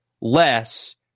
less